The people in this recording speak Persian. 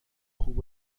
خوب